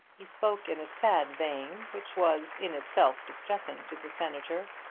he spoke in a sad vein, which was in itself distressing to the senator.